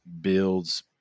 builds